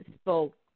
spoke